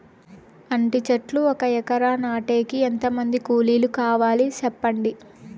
అంటి చెట్లు ఒక ఎకరా నాటేకి ఎంత మంది కూలీలు కావాలి? సెప్పండి?